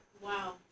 Wow